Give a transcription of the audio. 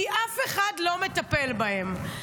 כי אף אחד לא מטפל בהם.